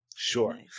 Sure